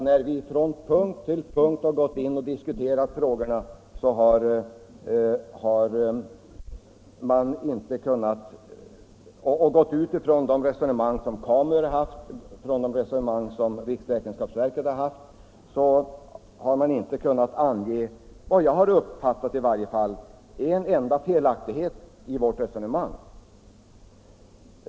När vi på punkt efter punkt diskuterat frågorna och därvid utgått från det resonemang som KAMU och riksräkenskapsverket fört har man, såsom i varje fall jag uppfattat det, inte kunnat ange en enda felaktighet i vårt resonemang.